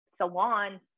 salon